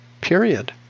Period